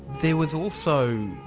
there was also,